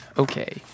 Okay